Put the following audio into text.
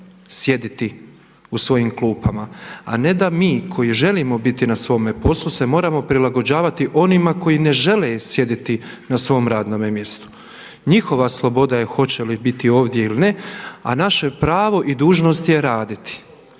sjediti u svojim klupama, a ne da mi koji želimo biti na svome poslu se moramo prilagođavati onima koji ne žele sjediti na svom radnome mjestu. Njihova sloboda je hoće li biti ovdje ili ne, a naše pravo i dužnost je raditi.